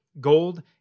gold